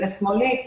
לשמאלי.